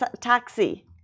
taxi